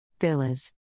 Villas